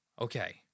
Okay